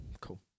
Cool